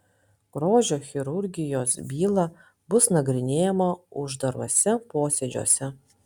grožio chirurgijos byla bus nagrinėjama uždaruose posėdžiuose